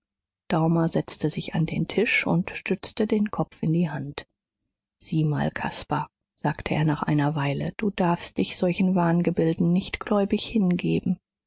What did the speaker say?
daumer setzte sich an den tisch und stützte den kopf in die hand sieh mal caspar sagte er nach einer weile du darfst dich solchen wahngebilden nicht gläubig hingeben